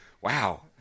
wow